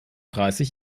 dreißig